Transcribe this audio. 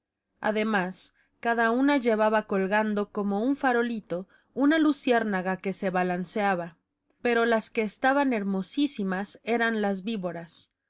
además cada una llevaba colgada como un farolito una luciérnaga que se balanceaba pero las que estaban hermosísimas eran las víboras